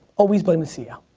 always blame the ceo.